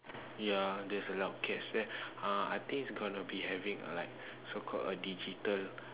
ya there's a lot of cats there uh I think is going to be having like so called a digital